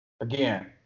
again